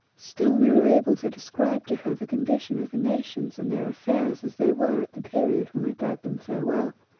still we were able to describe to her the condition of the nations and their affairs as they were at the period when we bade them farewell,